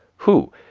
who,